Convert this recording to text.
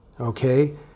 okay